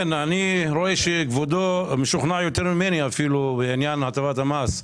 אני רואה שכבודו משוכנע אפילו יותר ממני בעניין הטבת המס.